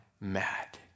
mad